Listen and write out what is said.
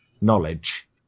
knowledge